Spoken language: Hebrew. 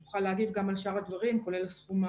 גם באותו ערב הייתה ישיבה עם יו"ר הסתדרות האחיות